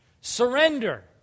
Surrender